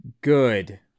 good